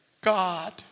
God